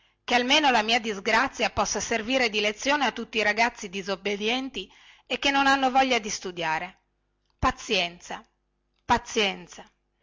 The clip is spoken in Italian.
che almeno la mia disgrazia possa servire di lezione a tutti i ragazzi disobbedienti e che non hanno voglia di studiare pazienza pazienza